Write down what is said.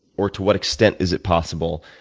or to what extent is it possible,